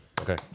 Okay